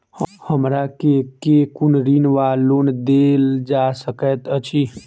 हमरा केँ कुन ऋण वा लोन देल जा सकैत अछि?